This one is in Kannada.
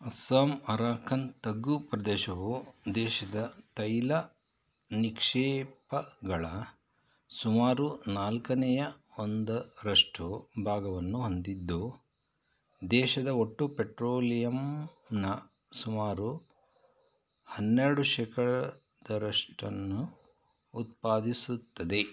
ಅಸ್ಸಾಮ್ ಅರಾಕನ್ ತಗ್ಗು ಪ್ರದೇಶವು ದೇಶದ ತೈಲ ನಿಕ್ಷೇಪಗಳ ಸುಮಾರು ನಾಲ್ಕನೆಯ ಒಂದರಷ್ಟು ಭಾಗವನ್ನು ಹೊಂದಿದ್ದು ದೇಶದ ಒಟ್ಟು ಪೆಟ್ರೋಲಿಯಮ್ನ ಸುಮಾರು ಹನ್ನೆರಡು ಶೇಕಡದರಷ್ಟನ್ನು ಉತ್ಪಾದಿಸುತ್ತದೆ